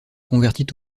convertit